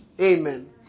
Amen